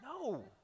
No